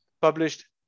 published